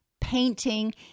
painting